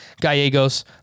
Gallegos